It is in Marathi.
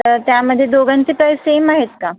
तर त्यामध्ये दोघांची प्राइस सेम आहेत का